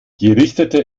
gerichtete